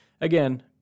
again